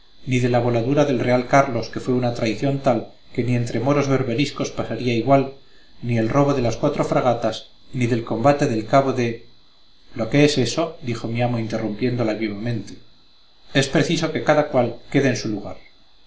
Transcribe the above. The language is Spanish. de la voladura del real carlos que fue una traición tal que ni entre moros berberiscos pasaría igual ni del robo de las cuatro fragatas ni del combate del cabo de lo que es eso dijo mi amo interrumpiéndola vivamente es preciso que cada cual quede en su lugar